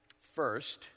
First